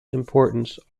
importance